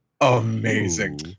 Amazing